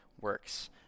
works